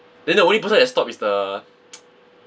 then the only person that stop is the